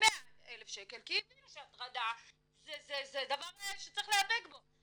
ל-100,000 שקל כי הבינו שהטרדה זה דבר שצריך להיאבק בו.